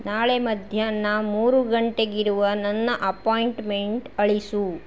ನಾಳೆ ಮಧ್ಯಾಹ್ನ ಮೂರು ಗಂಟೆಗಿರುವ ನನ್ನ ಅಪಾಯಿಂಟ್ಮೆಂಟ್ ಅಳಿಸು